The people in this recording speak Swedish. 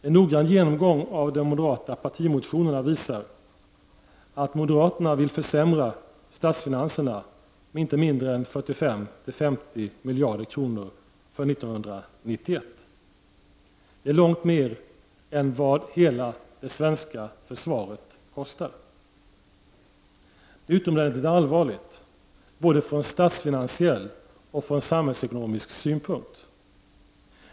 En noggrann genomgång av de moderata partimotionerna visar att moderaterna vill försämra statsfinanserna med inte mindre än 45-50 miljarder kronor för 1991. Det är långt mer än vad hela det svenska försvaret kostar! Det är utomordentligt allvarligt, både från statsfinansiell och från samhällsekonomisk synpunkt.